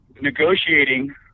negotiating